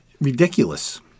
ridiculous